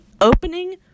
opening